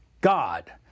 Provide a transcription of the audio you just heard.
God